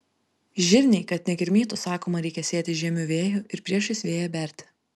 žirniai kad nekirmytų sakoma reikia sėti žiemiu vėju ir priešais vėją berti